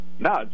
No